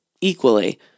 equally